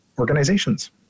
organizations